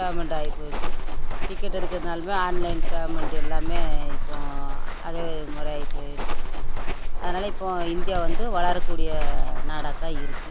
payment ஆகி போயிற்று ticket எடுக்கிறதுனாலுமே ஆன்லைன் பேமெண்டு எல்லாமே இப்போது அதே முறை ஆகி போயிடுச்சு அதனால் இப்போது இந்தியா வந்து வளர கூடிய நாடாக தான் இருக்குது